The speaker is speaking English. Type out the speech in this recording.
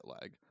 lag